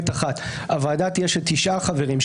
"(ב) (1)הוועדה תהיה של תשעה חברים,